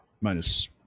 Minus